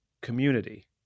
community